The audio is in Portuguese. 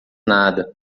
nada